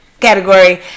category